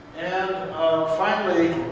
and finally,